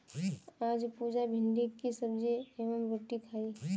आज पुजा भिंडी की सब्जी एवं रोटी खाई